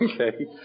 Okay